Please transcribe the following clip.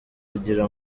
kugira